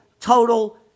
total